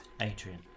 Adrian